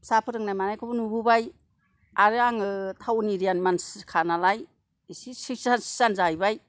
फिसा फोरोंनाय मानायखौबो नुबोबाय आरो आङो थाउन एरियानि मानसिखा नालाय एसे एसे सियान जाहैबाय